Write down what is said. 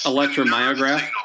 Electromyograph